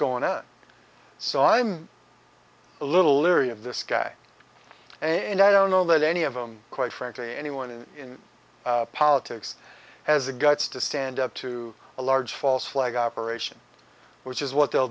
going on so i'm a little leery of this guy and i don't know that any of them quite frankly anyone in politics has the guts to stand up to a large false flag operation which is what they'll